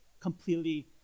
completely